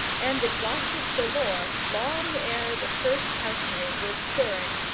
and exhausted the lore long ere the first housemaid was stirring.